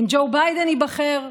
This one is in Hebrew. אם ג'ו ביידן ייבחר,